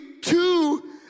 two